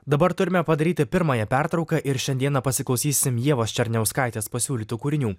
dabar turime padaryti pirmąją pertrauką ir šiandieną pasiklausysim ievos černiauskaitės pasiūlytų kūrinių